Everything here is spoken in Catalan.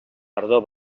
tardor